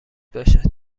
باشد